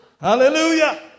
Hallelujah